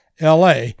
LA